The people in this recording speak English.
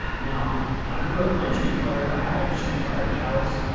now i grew up playing street fighter. i had a street fighter callous.